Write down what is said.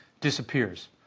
disappears